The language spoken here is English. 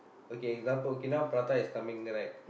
okay example k now prata is coming the right